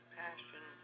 passion